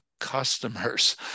customers